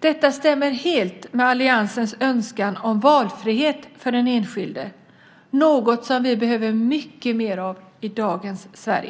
Detta stämmer helt med alliansens önskan om valfrihet för den enskilde, något som vi behöver mycket mer av i dagens Sverige.